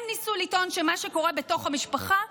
הם ניסו לטעון שמה שקורה בתוך המשפחה,